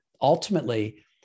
ultimately